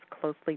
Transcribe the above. closely